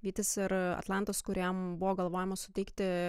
vytis ir atlantas kuriem buvo galvojama suteikti